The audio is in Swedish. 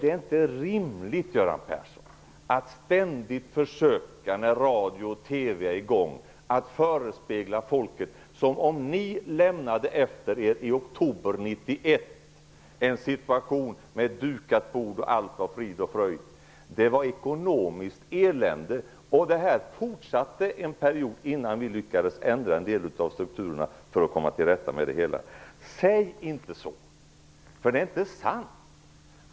Det är inte rimligt, Göran Persson, att ständigt när radio och TV sänder försöka inbilla folk att ni i oktober 1991 lämnade efter er ett dukat bord där allt var frid och fröjd. Det var ett ekonomiskt elände, och det fortsatte en period innan vi lyckades ändra en del av strukturerna och komma till rätta med det hela. Säg inte - det är inte sant!